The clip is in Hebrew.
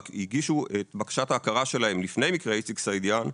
רק הגישו את בקשת ההכרה שלהם לפני מקרה איציק סעידיאן,